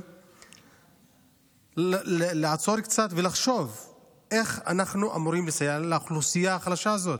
היא לעצור קצת ולחשוב איך אנחנו אמורים לסייע לאוכלוסייה החלשה הזאת.